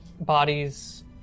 bodies